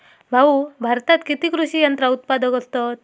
भाऊ, भारतात किती कृषी यंत्रा उत्पादक असतत